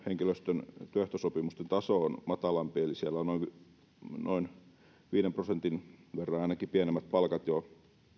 henkilöstön työehtosopimusten taso matalampi eli siellä on on ainakin noin viiden prosentin verran pienemmät palkat jo